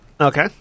Okay